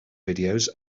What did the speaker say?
videos